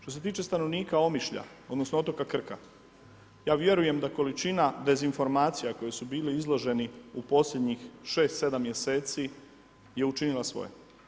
Što se tiče stanovnika Omišlja, odnosno, otoka Krka, ja vjerujem da količina dezinformacija koji su bili izloženi u posljednjih 6, 7 mjeseci je učinila svoje.